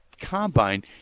combine